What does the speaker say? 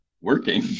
working